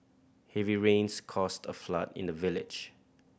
heavy rains caused a flood in the village